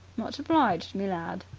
much obliged, me lad.